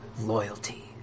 loyalty